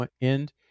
end